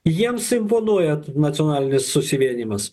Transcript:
jiems imponuoja nacionalinis susivienijimas